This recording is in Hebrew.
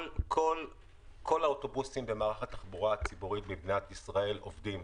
כל האוטובוסים במערך התחבורה הציבורית במדינת ישראל עובדים,